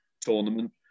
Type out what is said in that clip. tournament